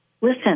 Listen